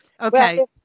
Okay